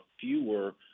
fewer